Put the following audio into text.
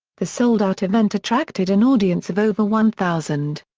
the sold-out event attracted an audience of over one thousand.